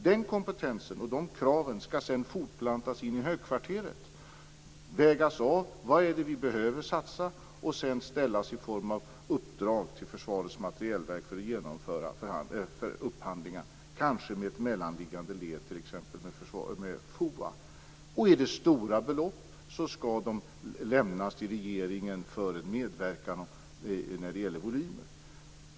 Den kompetens och de krav som kommer fram skall sedan fortplantas in i högkvarteret. De skall vägas av så att man kan se vad vi behöver satsa. Sedan skall de ges vidare i form av uppdrag till Försvarets materielverk att genomföra upphandlingar, kanske med ett mellanliggande led med t.ex. FOA. Om det är stora belopp skall de lämnas till regeringen för en medverkan när det gäller volymer.